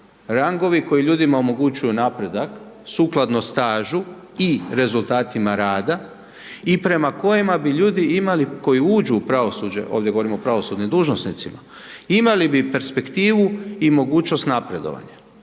rangovi koji ljudima omogućuju napredak sukladno stažu i rezultatima rada i prema kojima bi ljudi imali, koji uđu u pravosuđe, ovdje govorimo o pravosudnim dužnosnicima, imali bi perspektivu i mogućnost napredovanja.